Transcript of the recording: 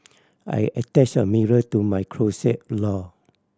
I attached a mirror to my closet door